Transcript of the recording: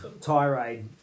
tirade